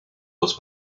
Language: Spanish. dos